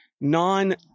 non-